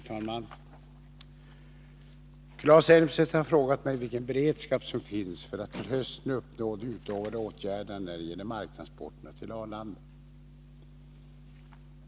Herr talman! Claes Elmstedt har frågat mig vilken beredskap som finns för att till hösten uppnå de utlovade åtgärderna när det gäller marktransporterna till Arlanda.